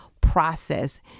process